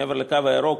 מעבר לקו הירוק,